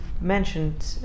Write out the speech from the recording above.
mentioned